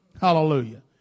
Hallelujah